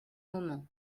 moment